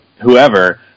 whoever